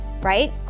right